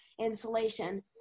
insulation